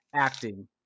acting